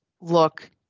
look